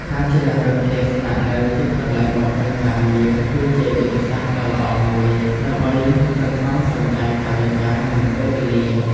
ការជ្រើសរើសផ្ទះស្នាក់នៅជិតកន្លែងបំពេញការងារគឺជាយុទ្ធសាស្ត្រដ៏ល្អមួយដើម្បីសន្សំសំចៃថវិកានិងពេលវេលា។